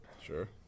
Sure